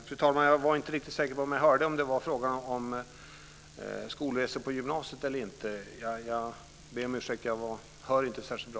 Fru talman! Jag var inte riktigt säker på om det var fråga om skolresor på gymnasiet eller inte. Jag ber om ursäkt. Jag hör dessutom inte särskilt bra.